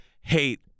hate